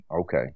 Okay